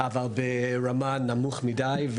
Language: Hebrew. אבל ברמה נמוכה מדי.